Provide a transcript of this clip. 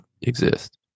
exist